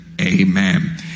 Amen